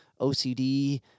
OCD